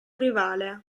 rivale